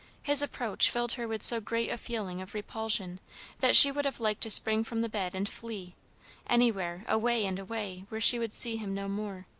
his approach filled her with so great a feeling of repulsion that she would have liked to spring from the bed and flee anywhere, away and away, where she would see him no more.